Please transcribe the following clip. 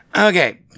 Okay